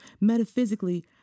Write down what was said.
Metaphysically